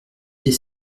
des